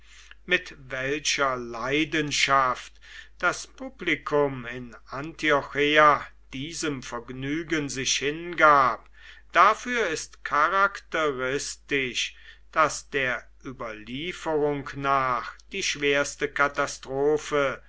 mit welcher leidenschaft das publikum in antiocheia diesem vergnügen sich hingab dafür ist charakteristisch daß der überlieferung nach die schwerste katastrophe